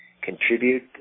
contribute